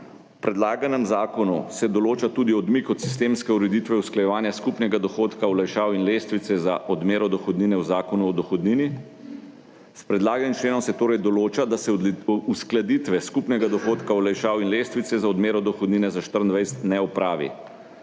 V predlaganem zakonu se določa tudi odmik od sistemske ureditve usklajevanja skupnega dohodka, olajšav in lestvice za odmero dohodnine v Zakonu o dohodnini. S predlaganim členom se torej določa, da se uskladitev skupnega dohodka, olajšav in lestvice za odmero dohodnine za 2024 ne opravi.